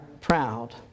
proud